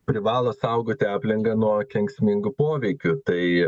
privalo saugoti aplinką nuo kenksmingų poveikių tai